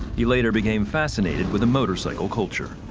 he later became fascinated with the motorcycle culture.